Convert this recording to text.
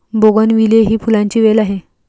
bougainvillea ही फुलांची वेल आहे